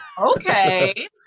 Okay